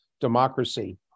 democracy